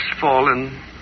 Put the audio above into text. fallen